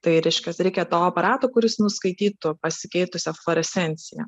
tai reiškia reikia to aparato kuris nuskaitytų pasikeitusią fluorescenciją